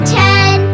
ten